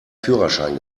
führerschein